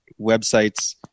websites